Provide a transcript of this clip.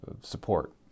support